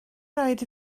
raid